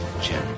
Jim